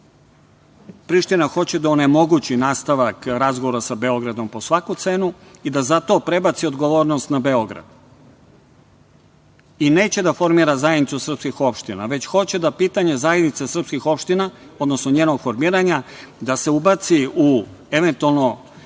Priština hoće da onemogući nastavak razgovora sa Beogradom po svaku cenu i da zato prebaci odgovornost na Beograd i neće da formira zajednicu srpskih opština, već hoće da pitanje zajednice srpskih opština, odnosno njenog formiranja, da se ubaci u eventualno